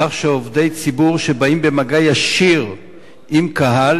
בכך שעובדי ציבור שבאים במגע ישיר עם קהל